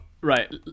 Right